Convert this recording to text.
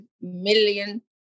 million